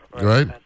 Right